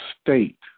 state